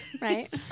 right